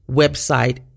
website